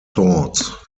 thoughts